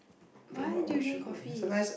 why do you drink coffee